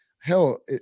Hell